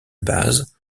base